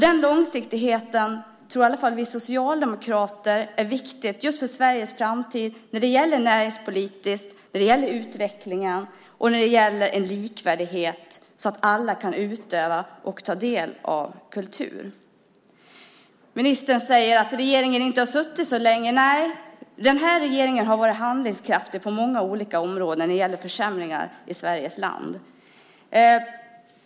Den långsiktigheten tror i alla fall vi socialdemokrater är viktig just för Sveriges framtid när det gäller näringspolitiken, utvecklingen och likvärdigheten så att alla kan utöva och ta del av kultur. Ministern säger att regeringen inte har suttit så länge. Den här regeringen har varit handlingskraftig på många olika områden när det gäller försämringar i Sveriges land.